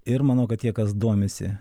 ir manau kad tie kas domisi